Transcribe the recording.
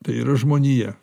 tai yra žmonija